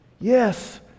Yes